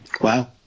Wow